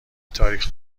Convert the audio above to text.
تاریخ